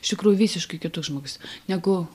ištikrųjų visiškai kitoks žmogus negu